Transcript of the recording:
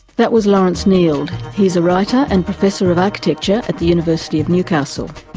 that was lawrence nield. he's a writer and professor of architecture at the university of newcastle.